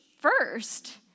first